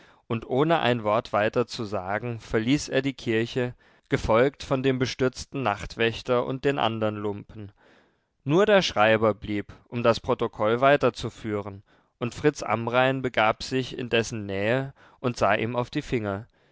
und ohne ein wort weiter zu sagen verließ er die kirche gefolgt von dem bestürzten nachtwächter und den andern lumpen nur der schreiber blieb um das protokoll weiterzuführen und fritz amrain begab sich in dessen nähe und sah ihm auf die finger